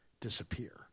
disappear